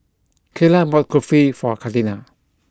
Kayla bought Kulfi for Katina